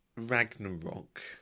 Ragnarok